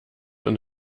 und